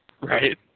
Right